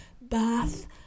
bath